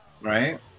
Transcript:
Right